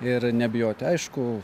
ir nebijoti aišku